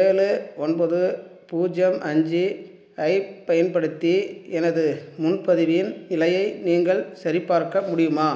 ஏழுஒன்பது பூஜ்ஜியம் அஞ்சு ஐப் பயன்படுத்தி எனது முன்பதிவின் நிலையை நீங்கள் சரிப்பார்க்க முடியுமா